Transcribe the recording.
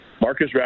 Marcus